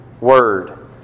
Word